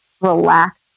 relax